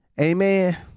Amen